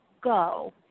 go